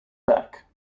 back